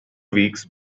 weeks